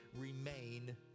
remain